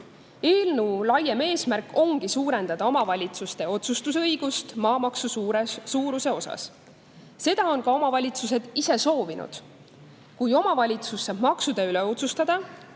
Eelnõu laiem eesmärk ongi suurendada omavalitsuste otsustusõigust maamaksu suuruse määramisel. Seda on ka omavalitsused ise soovinud. Kui omavalitsus saab maksude üle otsustada,